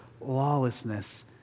lawlessness